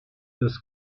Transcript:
das